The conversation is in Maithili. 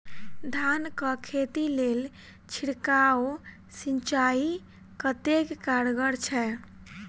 धान कऽ खेती लेल छिड़काव सिंचाई कतेक कारगर छै?